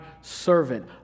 servant